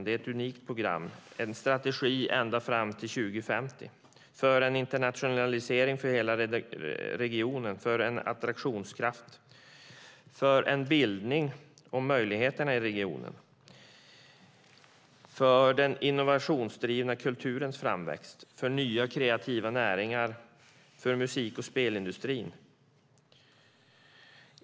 Det är ett unikt program och en strategi ända fram till 2050 för en internationalisering av hela regionen, attraktionskraft, förmögenhetsbildning, möjligheter i regionen, den innovationsdrivande kulturens framväxt, nya kreativa näringar och musik och spelindustrin.